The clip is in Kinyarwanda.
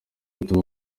two